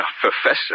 Professor